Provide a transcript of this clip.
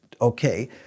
okay